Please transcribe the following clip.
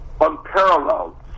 unparalleled